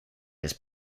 his